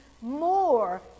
more